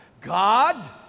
God